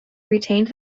retained